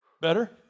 Better